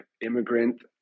immigrant